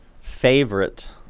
favorite